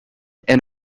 and